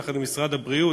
יחד עם משרד הבריאות,